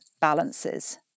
balances